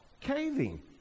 caving